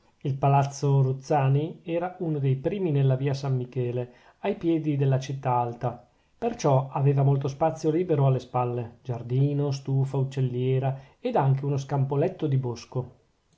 il palazzo ruzzani era uno dei primi nella via san michele ai piedi della città alta perciò aveva molto spazio libero alle spalle giardino stufa uccelliera ed anche uno scampoletto di bosco